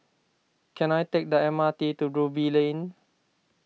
can I take the M R T to Ruby Lane